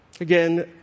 Again